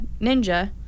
ninja